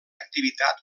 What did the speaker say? activitat